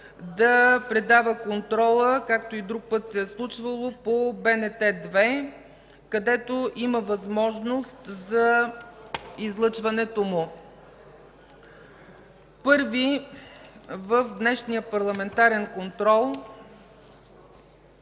да предава Контрола, както и друг път се е случвало, по БНТ 2, където има възможност за излъчването му.” Първи в днешния ПАРЛАМЕНТАРЕН КОНТРОЛ